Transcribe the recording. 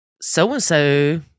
so-and-so